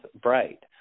bright